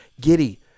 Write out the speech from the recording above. giddy